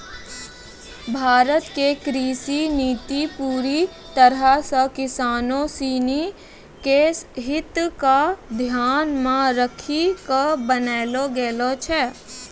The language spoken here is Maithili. भारत के कृषि नीति पूरी तरह सॅ किसानों सिनि के हित क ध्यान मॅ रखी क बनैलो गेलो छै